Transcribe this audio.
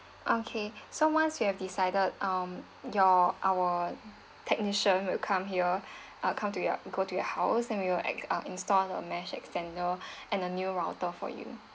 okay so once you have decided um your our technician will come here uh come to your go to your house then we will ac~ uh install the mesh extender and a new router for you